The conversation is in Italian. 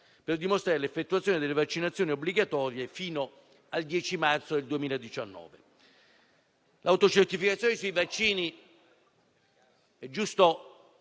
per dimostrare l'effettuazione delle vaccinazioni obbligatorie fino al 10 marzo 2019.